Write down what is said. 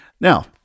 Now